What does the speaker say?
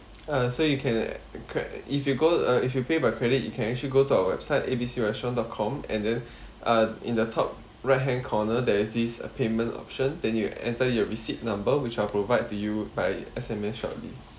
uh so you can if you go uh if you pay by credit you can actually go to our website A_B_C restaurant dot com and then uh in the top right hand corner there is this payment option then you enter your receipt number which I'll provide to you via S_M_S shortly